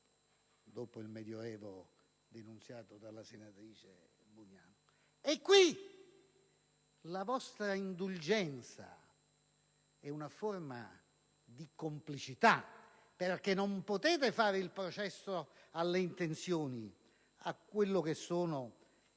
dopo il Medioevo denunciato dalla senatrice Bugnano. La vostra indulgenza è una forma di complicità, perché non potete fare il processo alle intenzioni, ai commi